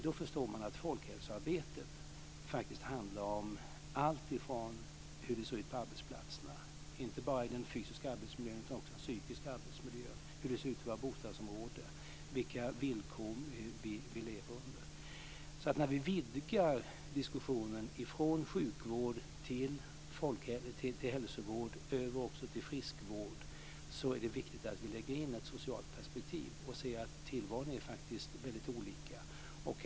Då förstår man att folkhälsoarbetet handlar om alltifrån hur det ser ut på arbetsplatserna - det gäller inte bara den fysiska arbetsmiljön utan också den psykiska - hur det ser ut i våra bostadsområden och vilka villkor som vi lever under. När vi vidgar diskussionen från sjukvård och hälsovård över till friskvård är det viktigt att lägga in ett socialt perspektiv. Tillvaron är faktiskt väldigt olika.